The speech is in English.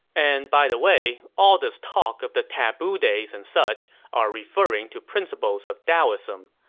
and by the way, all this talk of the taboo days and such are referring to principles of daoism,